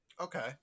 Okay